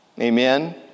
amen